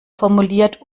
formuliert